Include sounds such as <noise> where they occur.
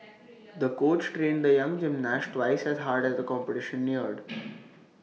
the coach trained the young gymnast twice as hard as the competition neared <noise>